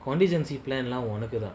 contingency plan lah உனக்குத்தான்:unakuthan